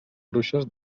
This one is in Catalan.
bruixes